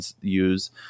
use